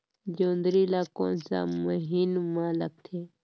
जोंदरी ला कोन सा महीन मां लगथे?